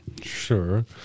Sure